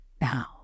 Now